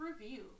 review